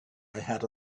had